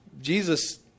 jesus